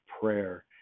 prayer